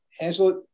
Angela